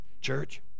church